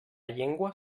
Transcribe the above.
llengua